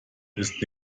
ist